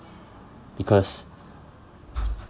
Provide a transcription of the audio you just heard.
because